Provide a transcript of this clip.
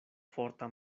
forta